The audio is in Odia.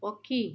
ପକ୍ଷୀ